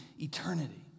eternity